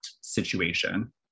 situation